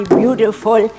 beautiful